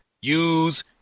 use